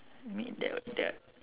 I mean the the